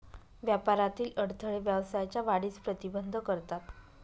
व्यापारातील अडथळे व्यवसायाच्या वाढीस प्रतिबंध करतात